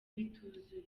bituzuye